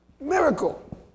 miracle